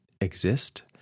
exist